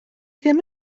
ddim